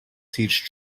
teach